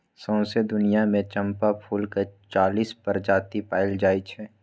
सौंसे दुनियाँ मे चंपा फुलक चालीस प्रजाति पाएल जाइ छै